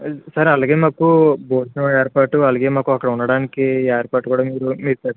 sir అలాగే మాకు భోజనం ఏర్పాటు అలాగే మాకు అక్కడ ఉండటానికి ఏర్పాటు కూడా మీరు మీరే చే